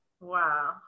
wow